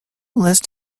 list